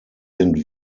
sind